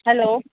hello